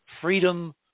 freedom